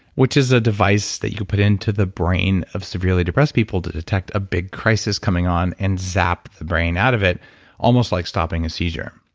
which is a device that you put into the brain of severely depressed people to detect a big crisis coming on and zap the brain out of it almost like stopping a seizure